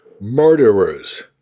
Murderers